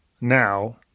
now